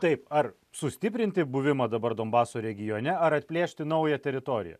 taip ar sustiprinti buvimą dabar donbaso regione ar atplėšti naują teritoriją